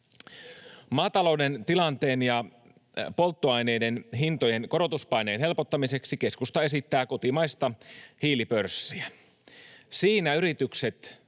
Maatalouden tilanteen ja polttoaineiden hintojen korotuspaineen helpottamiseksi keskusta esittää kotimaista hiilipörssiä. Siinä yritykset